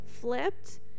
flipped